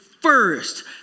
first